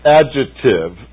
adjective